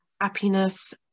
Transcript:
happiness